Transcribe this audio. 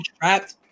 trapped